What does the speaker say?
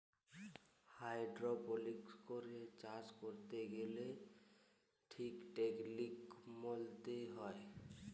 hydroponics করে চাষ ক্যরতে গ্যালে ঠিক টেকলিক মলতে হ্যয়